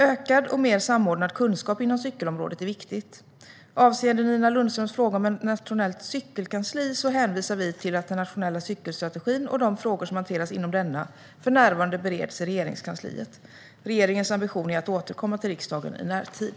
Ökad och mer samordnad kunskap inom cykelområdet är viktigt. Avseende Nina Lundströms fråga om ett nationellt cykelkansli hänvisar vi till att den nationella cykelstrategin och de frågor som hanteras inom denna för närvarande bereds i Regeringskansliet. Regeringens ambition är att återkomma till riksdagen i närtid.